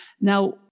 Now